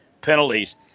penalties